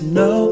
no